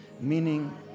meaning